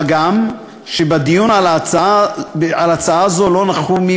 מה גם שבדיון על הצעה זו לא נכחו מי